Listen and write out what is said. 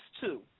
two